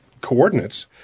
coordinates